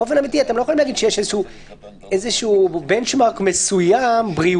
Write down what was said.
באופן אמיתי אתם לא יכולים להגיד שיש איזשהו בנצ'מרק מסוים בריאותי,